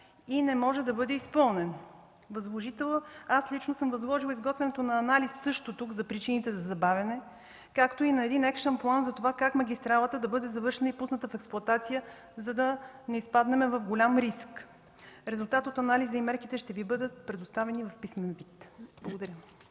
и не може да бъде изпълнен. Лично съм възложила и тук изготвяне на анализ за причините за забавяне, както и екшънплан как магистралата да бъде завършена и пусната в експлоатация, за да не изпаднем в голям риск. Резултатите от анализа и мерките ще Ви бъдат предоставени в писмен вид. Благодаря.